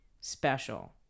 special